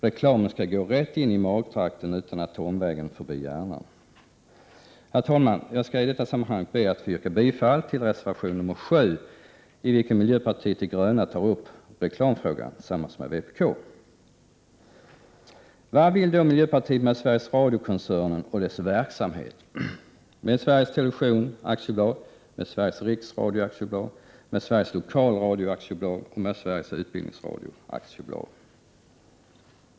Reklamen skall gå rätt in i magtrakten utan att ta omvägen förbi hjärnan. Herr talman! Jag skall i detta sammanhang be att få yrka bifall till reservation 7, i vilken miljöpartiet de gröna tar upp reklamfrågan tillsammans med vpk. Vad vill då miljöpartiet med Sveriges Radio-koncernen och dess verksamhet, med Sveriges Television AB, med Sveriges Riksradio AB, med Sveriges Lokalradio AB och med Sveriges Utbildningsradio AB?